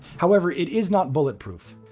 however, it is not bulletproof.